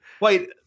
Wait